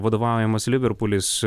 vadovaujamas liverpulis